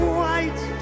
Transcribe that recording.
white